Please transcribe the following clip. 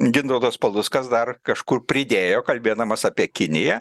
gintautas paluckas dar kažkur pridėjo kalbėdamas apie kiniją